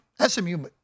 SMU